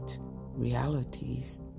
realities